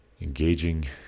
engaging